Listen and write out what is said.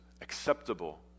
acceptable